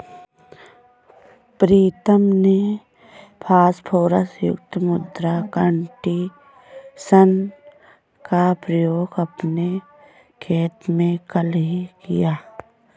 प्रीतम ने फास्फोरस युक्त मृदा कंडीशनर का प्रयोग अपने खेत में कल ही किया